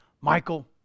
Michael